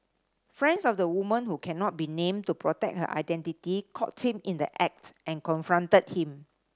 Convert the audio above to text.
friends of the woman who cannot be named to protect her identity caught him in the act and confronted him